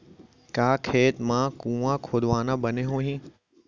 का खेत मा कुंआ खोदवाना बने होही?